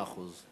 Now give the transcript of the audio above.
מאה אחוז.